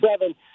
seven